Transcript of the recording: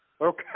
okay